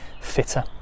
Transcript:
fitter